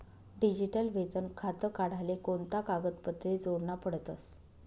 Digital वेतन खातं काढाले कोणता कागदपत्रे जोडना पडतसं?